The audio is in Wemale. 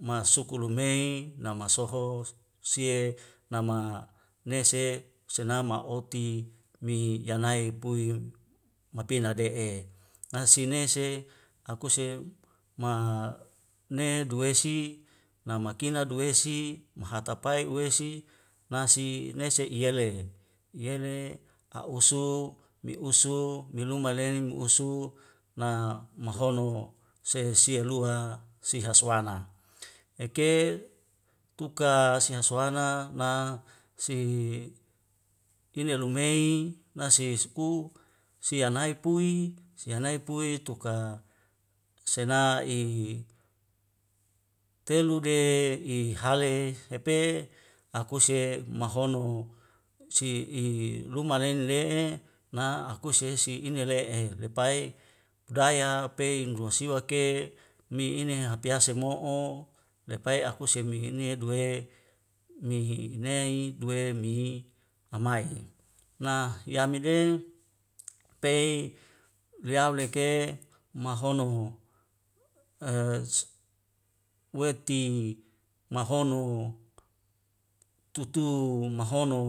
Ma suku lo mei namasoho sie nama nese senama oti mi yanai puim mapena de'e nasine se aku seam ma ne duwesi namakina duwesi mahatapai uwesi nasi nese iyele iyele a'u sou me usou melumalenin uso na mahono seh sia luha sihas wana. yake tuka seasuana na si ine lumei nasis kuk sia nai pui seanai pui ituka sena i telu gei e hale hepe akuse mahono si i luman lenle na akusi hes ina le lepai budaya peu nrua siwa ke mie ini e hapiase mo'o lepai aku de mehene du e nai dua mihi amai ngah yamin zein pei leau leke `mahono ho e weti mahono tutu mahono